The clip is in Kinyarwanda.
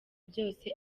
byose